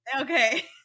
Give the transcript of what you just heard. Okay